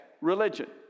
religion